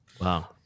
Wow